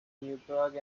newburgh